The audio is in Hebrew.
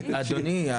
אדוני,